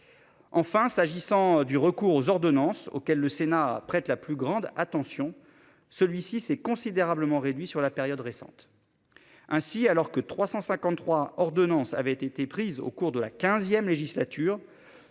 Enfin, s'agissant du recours aux ordonnances auquel le Sénat prête la plus grande attention. Celui-ci s'est considérablement réduit sur la période récente. Ainsi, alors que 353 ordonnance avait été prise au cours de la XVe législature,